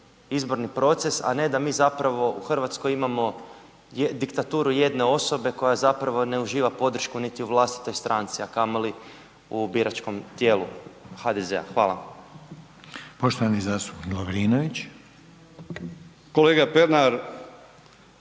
izborni proces a ne da mi zapravo u Hrvatskoj imamo diktaturu jedne osobe koja zapravo ne uživa podršku niti u vlastitoj stranci a kamoli u biračkom tijelu HDZ-a. Hvala. **Reiner,